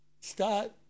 start